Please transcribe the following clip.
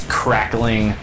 crackling